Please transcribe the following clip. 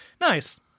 Nice